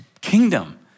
kingdom